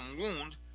wound